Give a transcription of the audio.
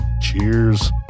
cheers